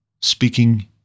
speaking